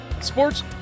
sports